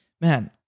man